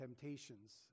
temptations